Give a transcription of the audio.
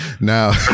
Now